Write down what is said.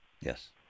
Yes